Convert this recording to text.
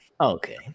Okay